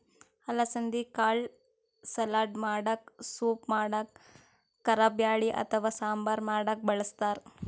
ಅಲಸಂದಿ ಕಾಳ್ ಸಲಾಡ್ ಮಾಡಕ್ಕ ಸೂಪ್ ಮಾಡಕ್ಕ್ ಕಾರಬ್ಯಾಳಿ ಅಥವಾ ಸಾಂಬಾರ್ ಮಾಡಕ್ಕ್ ಬಳಸ್ತಾರ್